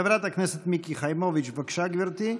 חברת הכנסת מיקי חיימוביץ', בבקשה, גברתי.